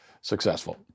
successful